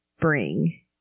bring